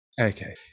Okay